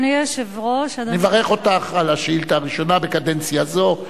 אני מברך אותך על השאילתא הראשונה בקדנציה זו,